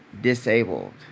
disabled